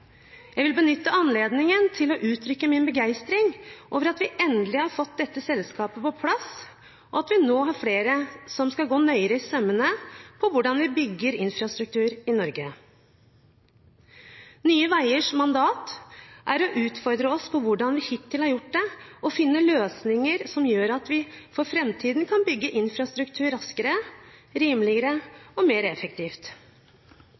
Jeg vil benytte anledningen til å uttrykke min begeistring over at vi endelig har fått dette selskapet på plass, og at vi nå har flere som skal gå nøyere etter i sømmene hvordan vi bygger infrastruktur i Norge. Nye Veiers mandat er å utfordre oss på hvordan vi hittil har gjort det, og finne løsninger som gjør at vi for framtiden kan bygge infrastruktur raskere,